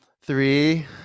three